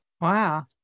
Wow